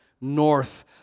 north